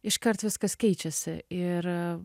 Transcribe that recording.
iškart viskas keičiasi ir